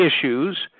issues